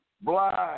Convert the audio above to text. blind